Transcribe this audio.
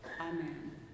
Amen